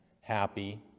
happy